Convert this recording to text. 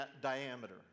diameter